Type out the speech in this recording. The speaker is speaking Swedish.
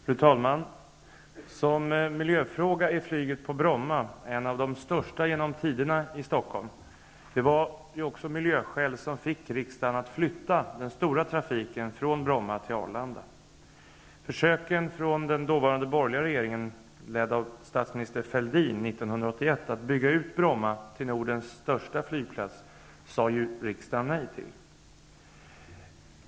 Fru talman! Som miljöfråga är flyget på Bromma en av de största genom tiderna i Stockholm. Det var också miljöskäl som fick riksdagen att besluta att flytta den stora trafiken från Bromma till Arlanda. Förslaget från den dåvarande borgerliga regeringen, som leddes av statsminister Fälldin, om att 1981 bygga ut Bromma till Nordens största flygplats sade ju riksdagen nej till.